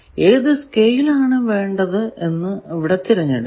ഏതു സ്കെയിൽ ആണ് വേണ്ടത് എന്ന് ഇവിടെ തിരഞ്ഞെടുക്കുക